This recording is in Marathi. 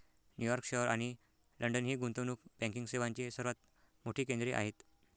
न्यूयॉर्क शहर आणि लंडन ही गुंतवणूक बँकिंग सेवांची सर्वात मोठी केंद्रे आहेत